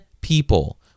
people